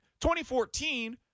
2014